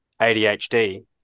ADHD